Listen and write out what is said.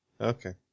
Okay